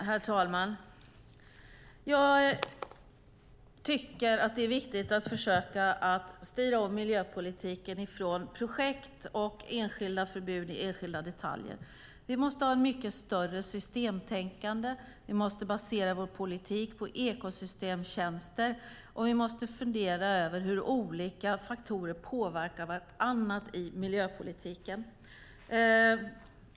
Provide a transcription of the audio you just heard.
Herr talman! Det är viktigt att försöka att styra om miljöpolitiken från projekt och enskilda förbud i enskilda detaljer. Vi måste ha ett mycket större systemtänkande. Vi måste basera vår politik på ekosystemtjänster, och vi måste fundera över hur olika faktorer påverkar varandra i miljöpolitiken.